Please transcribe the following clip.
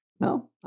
No